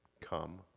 come